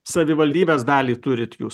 savivaldybės dalį turite jūs ne